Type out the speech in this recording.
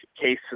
cases